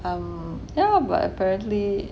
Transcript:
um yeah but apparently